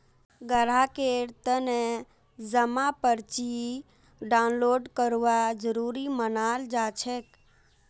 ग्राहकेर तने जमा पर्ची डाउनलोड करवा जरूरी मनाल जाछेक